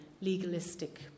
legalistic